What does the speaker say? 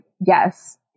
yes